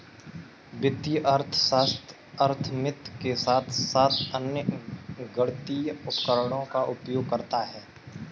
वित्तीय अर्थशास्त्र अर्थमिति के साथ साथ अन्य गणितीय उपकरणों का उपयोग करता है